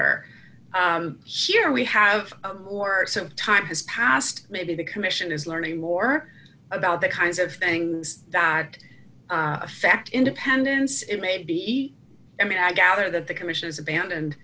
or here we have or some time has passed maybe the commission is learning more about the kinds of things that affect independence it may be i mean i gather that the commission has abandoned